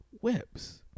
whips